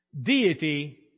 deity